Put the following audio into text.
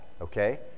okay